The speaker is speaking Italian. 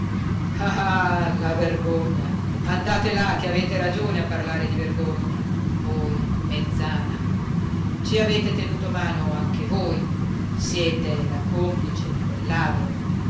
la vergogna andate là che avete ragione a parlare di vergogna voi mezzana ci avete tenuto mano anche voi siete la complice di quel ladro